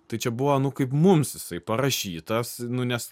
tai čia buvo nu kaip mums jisai parašytas nu nes